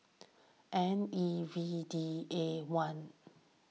N E V D A one